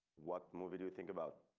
what movie do you think about?